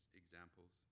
examples